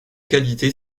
qualité